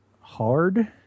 Hard